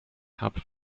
cup